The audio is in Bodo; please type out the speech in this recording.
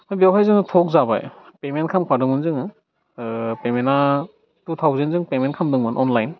दा बेयावहाय जोङो थक जाबाय पेमेन्ट खालामखादोंमोन जोङो पेमेन्टा टु थाउजेन जों पेमेन्ट खालामदोंमोन अनलाइन